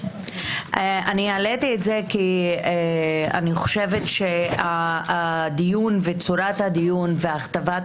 העליתי את זה כי אני חושבת שהדיון וצורת הדיון והכתבת